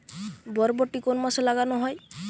বরবটি কোন মাসে লাগানো হয়?